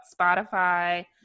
Spotify